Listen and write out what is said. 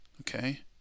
Okay